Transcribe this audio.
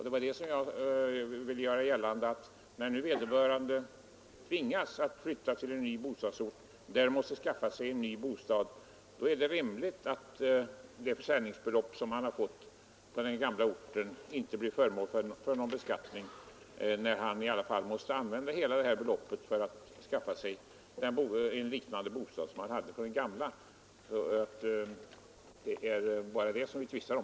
Det var därför jag ville göra gällande att när nu vederbörande tvingas flytta till en ny bostadsort och där måste skaffa sig en ny bostad är det rimligt att det försäljningsbelopp som han har fått på den gamla orten inte blir föremål för någon beskattning, då han i alla fall måste använda hela beloppet för att skaffa sig en liknande bostad på den nya orten. Det är bara detta vi tvistar om.